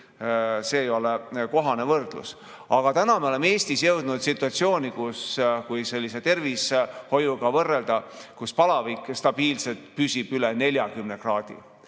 See ei ole kohane võrdlus. Aga täna me oleme Eestis jõudnud situatsiooni, kui [inimese tervisega] võrrelda, kus palavik stabiilselt püsib üle 40 kraadi.